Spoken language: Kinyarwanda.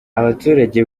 abaturage